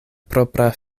propra